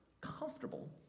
comfortable